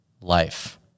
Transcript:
life